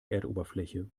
erdoberfläche